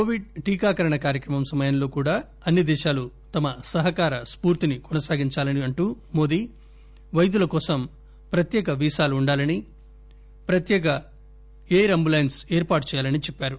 Covid టీకాకరణ కార్యక్రమం సమయంలో కూడా అన్ని దేశాలు తమ సహకార స్పూర్తిని కొనసాగించాలని అంటూ మోదీ వైద్యుల కోసం ప్రత్యేక వీసాలు ఉండాలని ప్రత్యేక ఎయిర్ అంబులెన్స్ ఏర్పాటు చేయాలని చెప్పారు